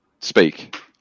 speak